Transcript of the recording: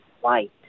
white